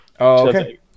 Okay